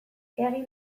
egin